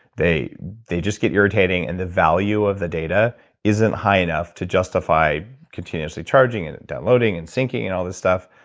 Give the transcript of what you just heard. they they just get irritating, and the value of the data isn't high enough to justify continuously charging it, downloading and syncing and all this stuff.